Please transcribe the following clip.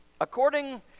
According